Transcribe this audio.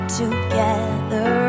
together